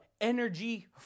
energy